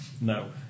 No